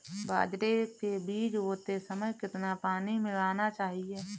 बाजरे के बीज बोते समय कितना पानी मिलाना चाहिए?